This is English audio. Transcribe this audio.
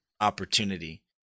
opportunity